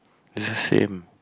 it's the same